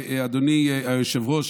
אדוני היושב-ראש,